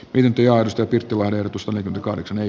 yhtiö osti opittuaan ehdotus oli kahdeksan ei